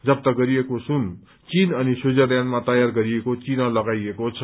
जफ्त गरिएका सुन चीन अनि स्वीटजरल्याण्डमा तयार गरिएको चिन्ह लगाइएको छ